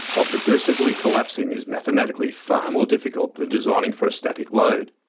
while progressively collapsing is mathematically far more difficult than designing for a static load.